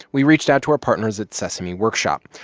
we reached out to our partners at sesame workshop.